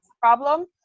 problem